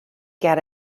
get